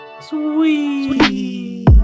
sweet